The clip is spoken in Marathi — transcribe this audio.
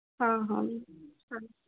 हां हा ह चालेल